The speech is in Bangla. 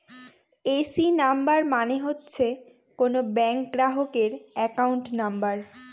এ.সি নাম্বার মানে হচ্ছে কোনো ব্যাঙ্ক গ্রাহকের একাউন্ট নাম্বার